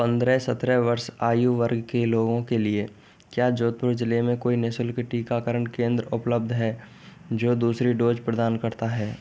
पंद्रेह सत्रह वर्ष आयु वर्ग के लोगों के लिए क्या जोधपुर ज़िले में कोई निःशुल्क टीकाकरण केंद्र उपलब्ध है जो दूसरी डोज प्रदान करता है